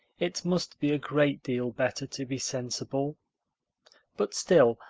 it must be a great deal better to be sensible but still,